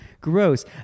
Gross